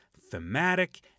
thematic